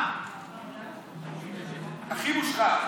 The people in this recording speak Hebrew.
הכי מושחת.